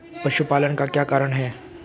पशुपालन का क्या कारण है?